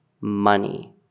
money